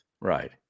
right